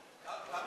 אציג.